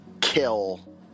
kill